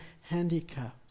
handicaps